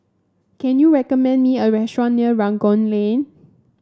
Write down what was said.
can you recommend me a restaurant near Rangoon Lane